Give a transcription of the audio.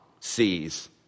sees